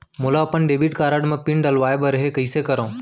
मोला अपन debit card म पिन नंबर डलवाय बर हे कइसे करव?